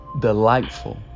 delightful